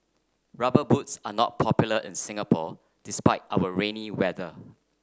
rubber boots are not popular in Singapore despite our rainy weather